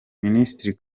minisitiri